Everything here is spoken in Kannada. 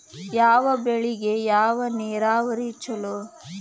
ಯಾವ ಬೆಳಿಗೆ ಯಾವ ನೇರಾವರಿ ಛಲೋ?